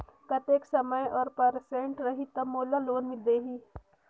कतेक समय और परसेंट रही तब मोला लोन देही?